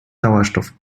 sauerstoff